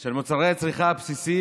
של מוצרי הצריכה הבסיסיים,